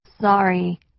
sorry